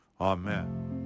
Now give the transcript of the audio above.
Amen